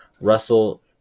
Russell